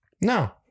No